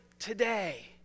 today